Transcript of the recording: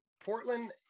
Portland